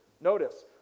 Notice